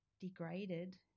degraded